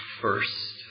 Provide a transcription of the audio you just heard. first